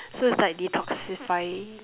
so it's like detoxifying